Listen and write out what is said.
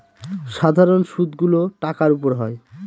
সাধারন সুদ গুলো টাকার উপর হয়